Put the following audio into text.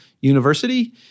University